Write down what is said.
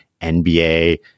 NBA